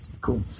Cool